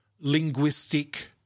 linguistic